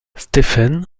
stephen